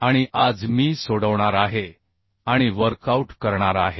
आणि आज मी सोडवणार आहे आणि वर्कआऊट करणार आहे